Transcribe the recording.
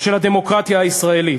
של הדמוקרטיה הישראלית.